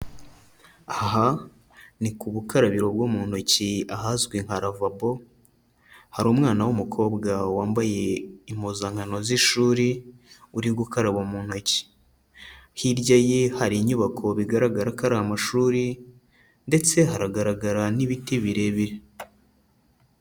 Aha ni ku bukarabiro bwo mu ntoki ahazwi nka ravabo, hari umwana w'umukobwa wambaye impuzankano z'ishuri uri gukaraba mu ntoki, hirya ye hari inyubako bigaragara ko ari amashuri ndetse haragaragara n'ibiti birebire.